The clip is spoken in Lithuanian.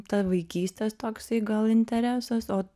ta vaikystės toksai gal interesas o